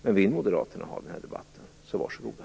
Men vill Moderaterna ha den debatten, så var så goda!